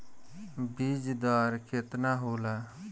बीज दर केतना होला?